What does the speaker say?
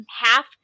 half